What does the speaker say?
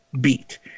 beat